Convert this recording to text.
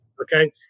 Okay